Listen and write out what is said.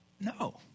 No